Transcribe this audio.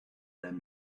than